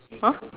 !huh!